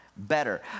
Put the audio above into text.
Better